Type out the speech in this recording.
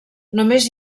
només